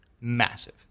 massive